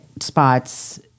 spots